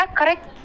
correct